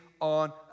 on